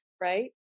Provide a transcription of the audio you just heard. right